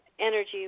energy